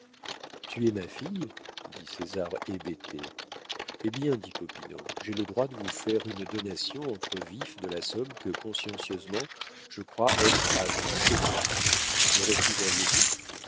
fille tuer ma fille dit césar hébété eh bien dit popinot j'ai le droit de vous faire une donation entre vifs de la somme que consciencieusement je crois être à vous chez moi me refuseriez vous